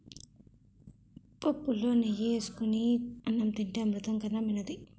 పుప్పులో నెయ్యి ఏసుకొని అన్నం తింతే అమృతం కన్నా మిన్నది